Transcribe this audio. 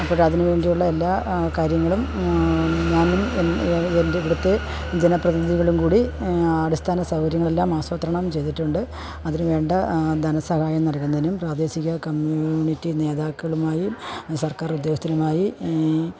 അപ്പോൾ അതിനുവേണ്ടിയുള്ള എല്ലാ കാര്യങ്ങളും ഞാനും എൻ്റെ ഇവിടുത്തെ ജനപ്രീതിനിധികളും കൂടി അടിസ്ഥാന സൗകര്യങ്ങളെല്ലാം ആസൂത്രണം ചെയ്തിട്ടുണ്ട് അതിനു വേണ്ട ധനസഹായം നടക്കുന്നതിനും പ്രാദേശിക കമ്മ്യൂണിറ്റി നേതാക്കളുമായി സർക്കാർ ഉദ്യോഗസ്ഥരുമായി